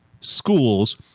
schools